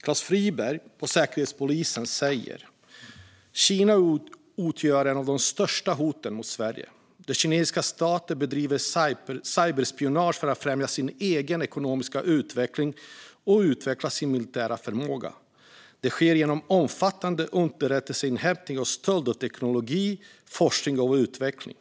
Klas Friberg på Säkerhetspolisen säger att Kina utgör ett av de största hoten mot Sverige och att den kinesiska staten bedriver cyberspionage för att främja sin egen ekonomiska utveckling och utveckla sin militära förmåga. Det sker genom omfattande underrättelseinhämtning och stöld av teknologi, forskning och utveckling.